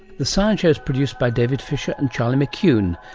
the science show is produced by david fisher and charlie mcewan,